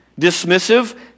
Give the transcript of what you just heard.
dismissive